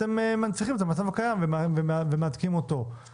אתם מנציחים את המצב הקיים ומהדקים אותו.